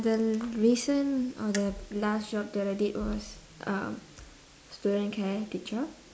the recent or the last job that I did was uh student care teacher